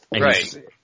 Right